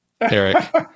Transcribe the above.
Eric